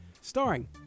Starring